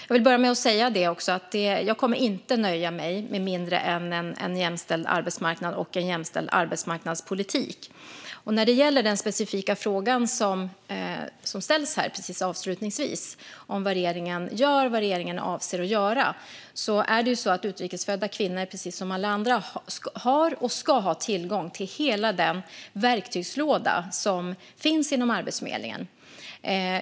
Jag kommer inte att nöja mig med mindre än en jämställd arbetsmarknad och en jämställd arbetsmarknadspolitik. När det gäller den specifika fråga som ställs avslutningsvis om vad regeringen gör och vad regeringen avser att göra har och ska utrikes födda kvinnor precis som alla ha tillgång till hela den verktygslåda som finns inom Arbetsförmedlingen.